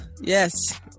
yes